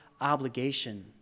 obligation